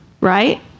right